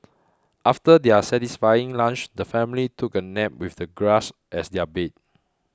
after their satisfying lunch the family took a nap with the grass as their bed